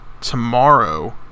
tomorrow